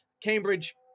cambridge